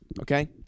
okay